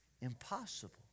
impossible